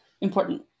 important